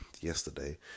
yesterday